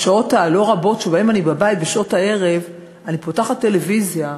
בשעות הלא-רבות שבהן אני בבית בשעות הערב אני פותחת טלוויזיה,